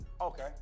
Okay